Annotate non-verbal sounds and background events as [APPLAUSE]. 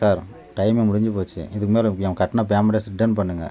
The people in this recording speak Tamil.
சார் டைமு முடிஞ்சு போச்சு இதுக்கு மேல் என் கட்டின பேமெண்ட்டை [UNINTELLIGIBLE] ரிட்டன் பண்ணுங்கள்